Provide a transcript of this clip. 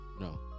No